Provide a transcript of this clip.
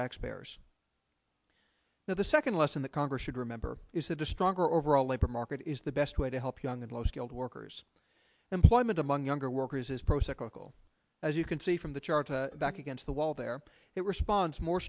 taxpayers now the second lesson that congress should remember is that a stronger overall labor market is the best way to help young and low skilled workers employment among younger workers is pro cyclical as you can see from the chart back against the wall there it responds more